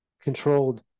controlled